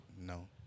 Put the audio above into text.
No